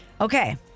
okay